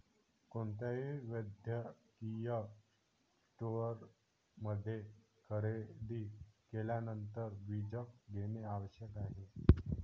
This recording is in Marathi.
कोणत्याही वैद्यकीय स्टोअरमध्ये खरेदी केल्यानंतर बीजक घेणे आवश्यक आहे